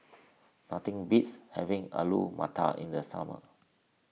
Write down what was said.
nothing beats having Alu Matar in the summer